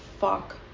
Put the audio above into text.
fuck